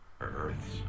Earth's